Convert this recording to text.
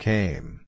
Came